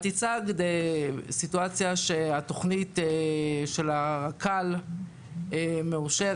את הצגת סיטואציה בה התוכנית של הרק"ל מאושרת.